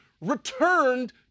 returned